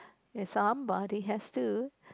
somebody has to